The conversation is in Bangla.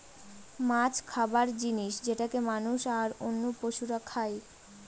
মাছ খাবার জিনিস যেটাকে মানুষ, আর অন্য পশুরা খাই